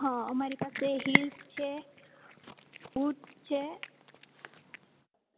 હ અમારી પાસે હિલ્સ છે બુટ છે